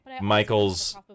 Michael's